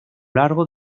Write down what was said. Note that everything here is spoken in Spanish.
largo